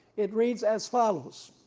it reads as follows.